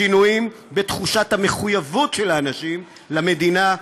שינויים בתחושת המחויבות של האנשים למדינה,